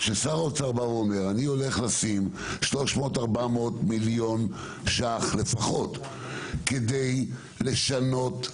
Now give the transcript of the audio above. שהוא הולך לשים 300 400 מיליון שקלים לפחות כדי לשנות,